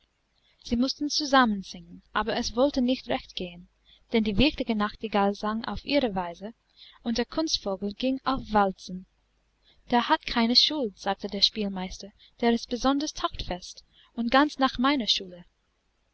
sie mußten zusammen singen aber es wollte nicht recht gehen denn die wirkliche nachtigall sang auf ihre weise und der kunstvogel ging auf walzen der hat keine schuld sagte der spielmeister der ist besonders taktfest und ganz nach meiner schule